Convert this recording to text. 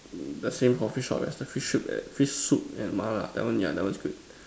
the same Coffee shop as the fish soup fish soup and mah lah that one yeah that one is good